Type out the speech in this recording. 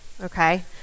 okay